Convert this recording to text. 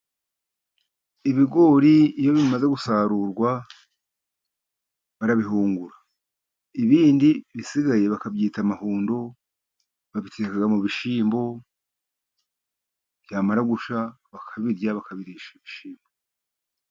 Ibigori iyo bimaze gusarurwa, barabihungura. Ibindi bisigaye bakabyita amahundo. Babiteka mu bishyimbo byamara gushya bakabirya, bakabirisha ibishyimbo.